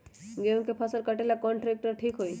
गेहूं के फसल कटेला कौन ट्रैक्टर ठीक होई?